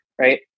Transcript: right